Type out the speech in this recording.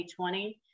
2020